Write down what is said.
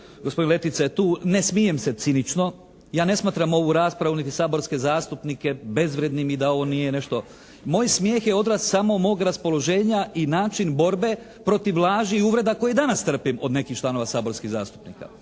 gospodin Letica je tu, ne smijem se cinično. Ja ne smatram ovu raspravu niti saborske zastupnike bezvrijednim i da ovo nije nešto. Moj smijeh je odraz samo mog raspoloženja i način borbe protiv laži i uvreda koje danas trpim od nekih članova saborskih zastupnika.